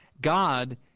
God